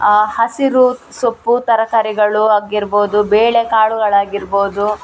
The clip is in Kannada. ಹಸಿರು ಸೊಪ್ಪು ತರಕಾರಿಗಳು ಆಗಿರ್ಬೋದು ಬೇಳೆ ಕಾಳುಗಳಾಗಿರ್ಬೋದು